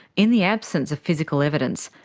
in the absence of physical evidence,